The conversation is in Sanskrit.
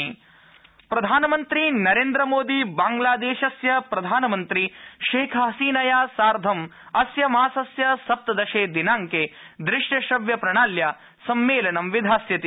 प्रधानमन्त्री शखि हसीना प्रधानमन्त्री नोन्द्रमोदी बांग्लादेशस्य प्रधानमन्त्रि शेखहसीनया साधं अस्य मासस्य सप्तदशे दिनांके दृश्यश्रव्यप्रणाल्या सम्मेलनं विधास्यति